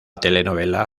telenovela